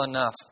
enough